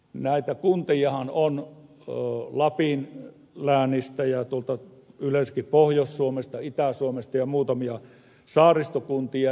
näitä kuntiahan on lapin läänistä ja yleensäkin tuolta pohjois suomesta itä suomesta ja muutamia saaristokuntia